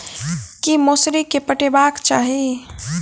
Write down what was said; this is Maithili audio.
की मौसरी केँ पटेबाक चाहि?